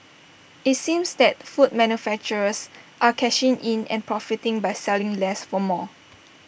IT seems that food manufacturers are cashing in and profiting by selling less for more